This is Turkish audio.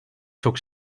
çok